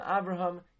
Abraham